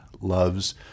loves